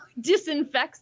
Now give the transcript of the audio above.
disinfects